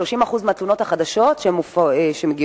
30% מהתלונות החדשות שמגיעות,